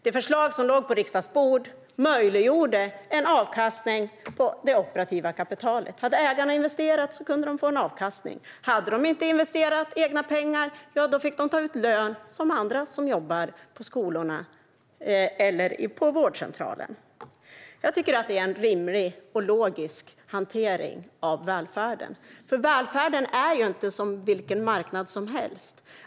Det förslag som låg på riksdagens bord möjliggjorde en avkastning på det operativa kapitalet. Om ägarna hade investerat kunde de få avkastning. Om de inte hade investerat egna pengar fick de ta ut lön, som andra som jobbar i skolan eller på vårdcentralen. Jag tycker att det är en rimlig och logisk hantering av välfärden. Välfärden är nämligen inte som vilken marknad som helst.